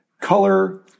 color